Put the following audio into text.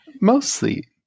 Mostly